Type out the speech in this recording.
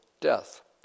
death